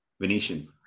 Venetian